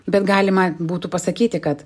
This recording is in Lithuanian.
bet galima būtų pasakyti kad